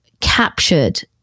captured